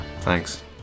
Thanks